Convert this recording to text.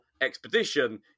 Expedition